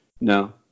No